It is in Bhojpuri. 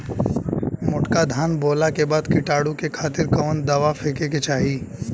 मोटका धान बोवला के बाद कीटाणु के खातिर कवन दावा फेके के चाही?